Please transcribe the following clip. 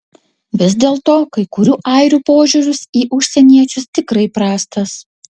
vis dėlto kai kurių airių požiūris į užsieniečius tikrai prastas